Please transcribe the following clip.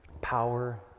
Power